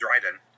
Dryden